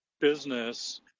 business